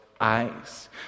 eyes